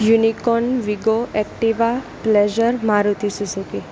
unicorn Wego Activa Pleasure Maruti Suzuki